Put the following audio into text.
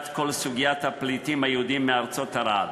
כל סוגיית הפליטים היהודים מארצות ערב.